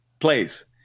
place